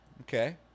okay